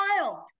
wild